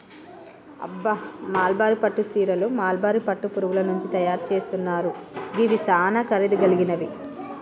అబ్బ మల్బరీ పట్టు సీరలు మల్బరీ పట్టు పురుగుల నుంచి తయరు సేస్తున్నారు గివి సానా ఖరీదు గలిగినవి